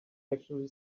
actually